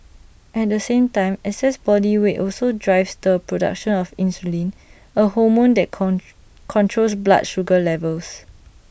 at the same time excess body weight also drives the production of insulin A hormone that come controls blood sugar levels